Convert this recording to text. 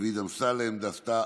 דוד אמסלם, דסטה